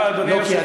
אדוני היושב-ראש,